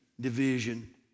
division